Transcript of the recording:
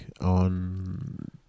on